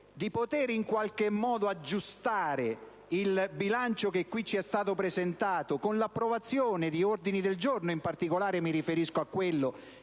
di poter in qualche modo aggiustare il bilancio che è stato qui presentato con l'approvazione di ordini del giorno (in particolare mi riferisco a quello